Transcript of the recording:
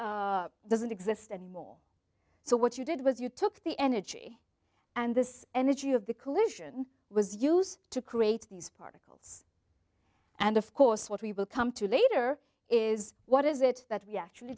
doesn't exist anymore so what you did was you took the energy and this energy of the collision was used to create these particles and of course what we will come to later is what is it that we actually